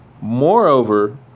Moreover